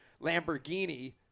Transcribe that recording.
Lamborghini